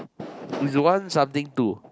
is one something two